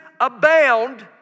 abound